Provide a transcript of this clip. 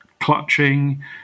clutching